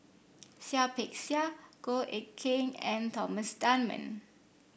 Seah Peck Seah Goh Eck Kheng and Thomas Dunman